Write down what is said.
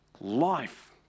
life